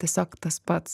tiesiog tas pats